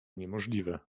niemożliwe